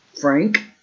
frank